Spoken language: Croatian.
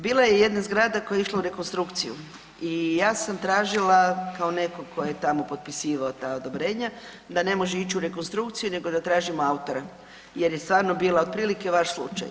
Bila je jedna zgrada koja je išla u rekonstrukciju i ja sam tražila kao netko tko je tamo potpisivao ta odobrenja da ne može ići u rekonstrukciju, nego da tražimo autora jer je stvarno bila otprilike vaš slučaj.